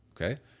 okay